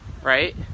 Right